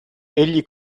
egli